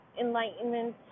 enlightenment